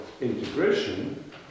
integration